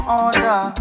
order